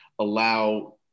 allow